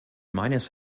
meines